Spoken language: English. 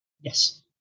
Yes